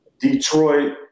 Detroit